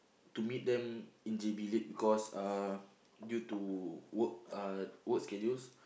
to meet them in J_B late because uh due to work uh work schedules